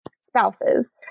spouses